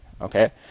okay